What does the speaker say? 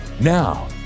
Now